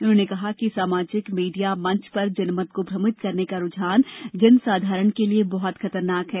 उन्होंने कहा कि सामाजिक मीडिया मंच पर जनमत को भ्रमित करने का रूझान जनसाधारण के लिए बहुत खतरनाक है